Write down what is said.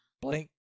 Blank